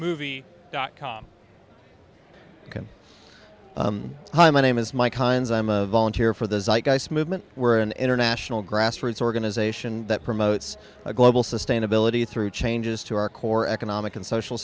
movie dot com can hi my name is mike hines i'm a volunteer for those like ice movement we're an international grassroots organization that promotes global sustainability through changes to our core economic and social